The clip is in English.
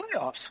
playoffs